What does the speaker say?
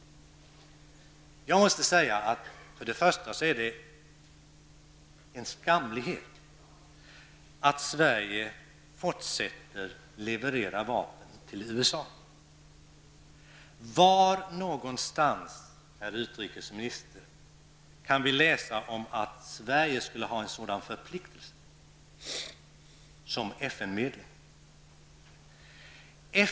För det första är det en skamlighet att Sverige fortsätter att leverera vapen till USA. Var någonstans, herr utrikesminister, kan vi läsa att Sverige skulle ha en sådan förpliktelse som FN medlem?